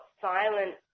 silent